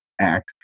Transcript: Act